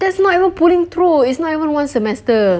that's not even pulling through it's not even one semester